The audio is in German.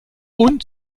und